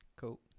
Cool